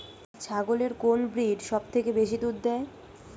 ছাগলের কোন ব্রিড সবথেকে বেশি দুধ দেয়?